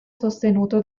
sostenuto